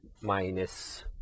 minus